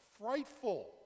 frightful